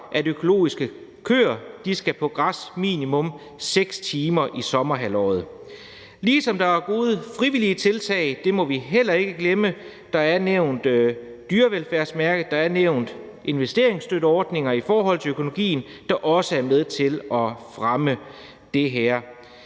at økologiske køer skal på græs minimum 6 timer i sommerhalvåret. Der er også gode frivillige tiltag, og dem må vi heller ikke glemme. Der er nævnt dyrevelfærdsmærket, og der er nævnt investeringsstøtteordninger i forhold til økologien, der også er med til at fremme det her.